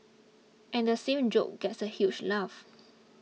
and same joke gets a huge laugh